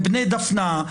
בבית דפנה,